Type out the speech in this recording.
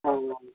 ᱚᱻ